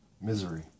misery